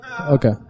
Okay